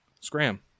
Scram